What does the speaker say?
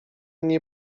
nie